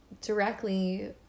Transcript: directly